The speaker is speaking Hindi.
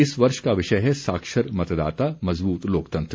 इस वर्ष का विषय है साक्षर मतदाता मजबूत लोकतंत्र